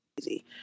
easy